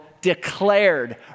declared